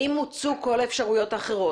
האם מוצו כל האפשרויות האחרות.